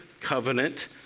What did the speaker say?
covenant